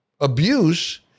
abuse